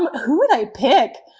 um who would i pick?